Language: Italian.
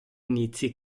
inizi